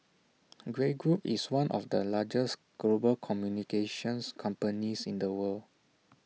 Grey Group is one of the largest global communications companies in the world